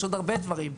יש עוד הרבה דברים,